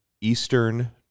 Eastern